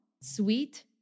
sweet